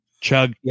Chug